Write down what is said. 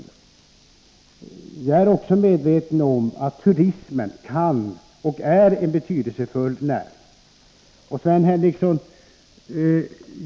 Jag är också medveten om att turismen är en betydelsefull näring.